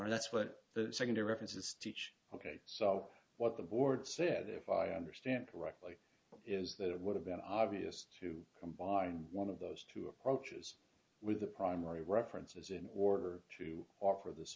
and that's what the second a reference is teach ok so what the board said if i understand correctly is that it would have been obvious to combine one of those two approaches with the primary references in order to offer this